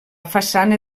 façana